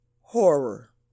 Horror